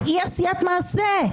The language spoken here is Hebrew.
באי-עשיית מעשה?